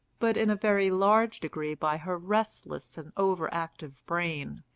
but in a very large degree by her restless and over-active brain.